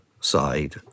side